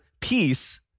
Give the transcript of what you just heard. peace